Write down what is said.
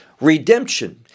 Redemption